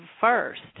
first